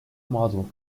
model